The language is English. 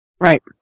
Right